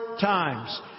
times